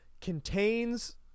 contains